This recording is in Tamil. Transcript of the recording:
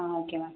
ah okay ma'am